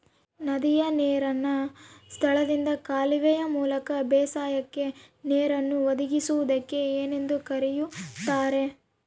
ನದಿಯ ನೇರಿನ ಸ್ಥಳದಿಂದ ಕಾಲುವೆಯ ಮೂಲಕ ಬೇಸಾಯಕ್ಕೆ ನೇರನ್ನು ಒದಗಿಸುವುದಕ್ಕೆ ಏನೆಂದು ಕರೆಯುತ್ತಾರೆ?